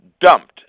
dumped